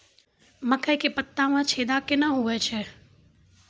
मकई के पत्ता मे छेदा कहना हु छ?